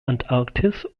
antarktis